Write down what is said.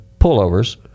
pullovers